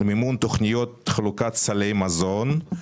מימון תוכניות חלוקת סלי מזון,